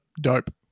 Dope